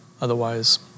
Otherwise